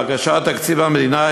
בהגשת תקציב המדינה,